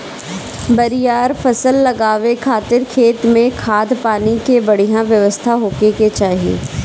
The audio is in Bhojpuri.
बरियार फसल लगावे खातिर खेत में खाद, पानी के बढ़िया व्यवस्था होखे के चाही